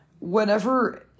Whenever